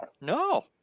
No